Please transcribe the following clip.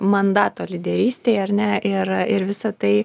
mandato lyderystei ar ne ir ir visą tai